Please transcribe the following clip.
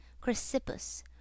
Chrysippus